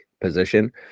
position